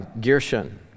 Gershon